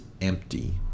empty